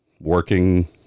working